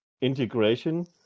integration